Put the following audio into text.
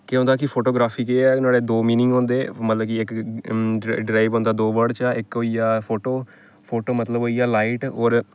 केह् होंदा कि फोटोग्राफी केह् ऐ नाह्ड़े दो मीनिंग होंदे मतलब कि ड्राइव होंदा दो वर्ड चा इक होई गेआ फोटो फोटो मतलब होई गेआ लाइट होर